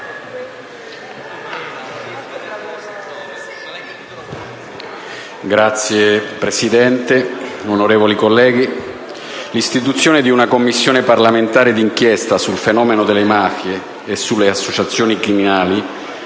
Signor Presidente, onorevoli colleghi, l'istituzione di una Commissione parlamentare d'inchiesta sul fenomeno delle mafie e sulle associazioni criminali